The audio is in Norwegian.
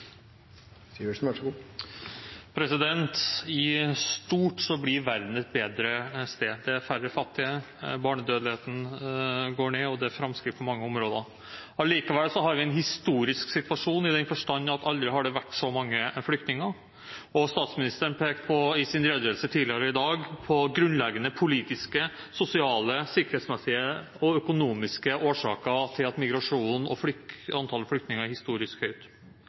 færre fattige, barnedødeligheten går ned, og det er framskritt på mange områder. Allikevel har vi en historisk situasjon i den forstand at aldri har det vært så mange flyktninger. Statsministeren pekte i sin redegjørelse tidligere i dag på grunnleggende politiske, sosiale, sikkerhetsmessige og økonomiske årsaker til at migrasjonen og antall flyktninger er historisk høyt.